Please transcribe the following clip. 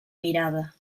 mirada